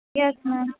یس میم